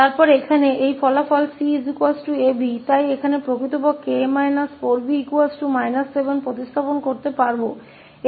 और फिर यहाँ हमारे पास यह परिणाम है कि 𝐶 4𝐵 इसलिए हम यहाँ वास्तव में 𝐴 4𝐵 −7 को प्रतिस्थापित कर सकते हैं